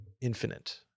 infinite